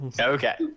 Okay